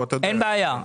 אין בעיה.